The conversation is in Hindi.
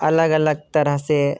अलग अलग तरह से